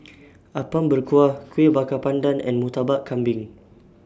Apom Berkuah Kueh Bakar Pandan and Murtabak Kambing